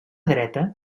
dreta